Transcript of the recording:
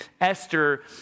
Esther